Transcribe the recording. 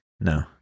No